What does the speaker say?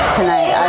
tonight